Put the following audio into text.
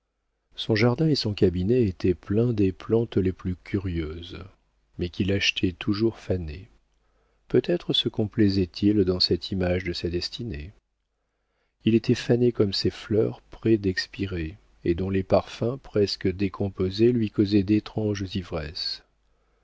son jardin et son cabinet étaient pleins des plantes les plus curieuses mais qu'il achetait toujours fanées peut-être se complaisait il dans cette image de sa destinée il était fané comme ces fleurs près d'expirer et dont les parfums presque décomposés lui causaient d'étranges ivresses